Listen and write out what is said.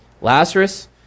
Lazarus